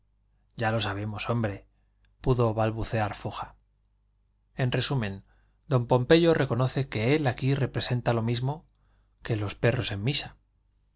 ya lo sabemos hombre pudo balbucear foja en resumen don pompeyo reconoce que él aquí representa lo mismo que los perros en misa